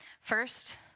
First